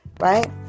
Right